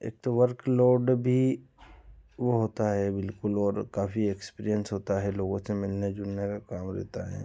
एक तो work load भी वो होता है बिलकुल और काफी एक्सपीरियंस होता है लोगों से मिलने जुलने का काम रहता है